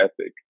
ethic